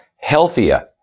healthier